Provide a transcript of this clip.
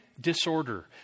disorder